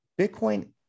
bitcoin